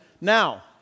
now